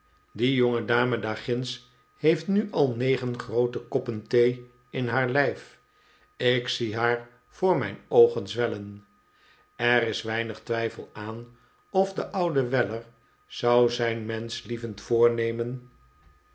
die jongedame daarginds heeft nu al negen groote koppen thee in haar lijf ik zie haar voor mijn oogenzwellen er is weinig twijfel aan of de oude weller zou zijn menschlievend voornemen